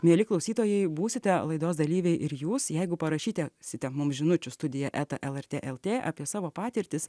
mieli klausytojai būsite laidos dalyviai ir jūs jeigu parašyte site mums žinučių studija eta el er t el tė apie savo patirtis